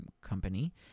company